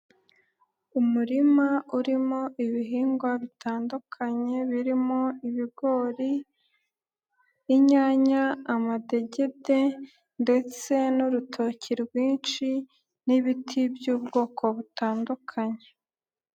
Umurima urimo ibihingwa bitandukanye birimo: ibigori, inyanya, amadegete ndetse n'urutoki rwinshi n'ibiti by'ubwoko butandukanye.